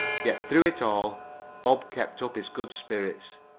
yet through it all bob kept up his good spirits.